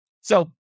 So-